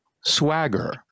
swagger